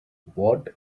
what